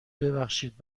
ببخشید